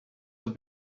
have